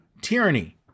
tyranny